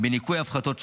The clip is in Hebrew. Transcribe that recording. בניכוי הפחתות שונות,